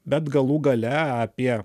bet galų gale apie